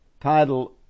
title